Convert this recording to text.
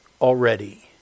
already